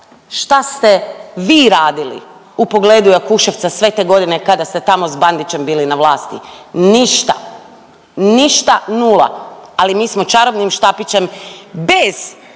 šta ste vi radili u pogledu Jakuševca sve te godine kada ste tamo s Bandićem bili na vlasti. Ništa, ništa, nula. Ali mi smo čarobnim štapićem bez